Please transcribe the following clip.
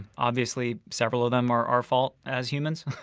obviously, several of them are our fault as humans,